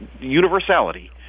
universality